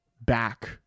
back